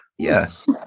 Yes